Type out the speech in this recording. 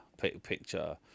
picture